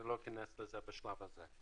אני לא אכנס לזה בשלב הזה.